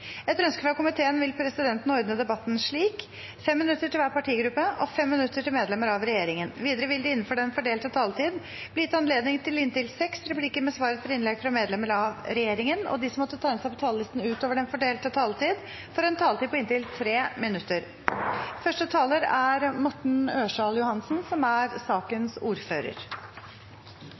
Etter ønske fra næringskomiteen vil presidenten ordne debatten slik: 5 minutter til hver partigruppe og 5 minutter til medlemmer av regjeringen. Videre vil det – innenfor den fordelte taletid – bli gitt anledning til inntil seks replikker med svar etter innlegg fra medlemmer av regjeringen, og de som måtte tegne seg på talerlisten utover den fordelte taletid, får en taletid på inntil 3 minutter.